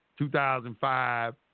2005